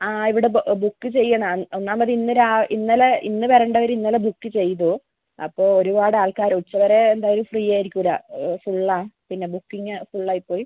ആ ഇവിടെ ബുക്ക് ചെയ്യണം ഒന്നാമത് ഇന്ന് ഇന്നലെ ഇന്ന് വരേണ്ടവർ ഇന്നലെ ബുക്ക് ചെയ്തു അപ്പോൾ ഒരുപാട് ആൾക്കാർ ഉച്ചവരെ എന്തായാലും ഫ്രീ ആയിരിക്കില്ല ഫുൾ ആണ് പിന്നെ ബുക്കിംഗ് ഫുൾ ആയിപ്പോയി